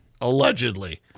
allegedly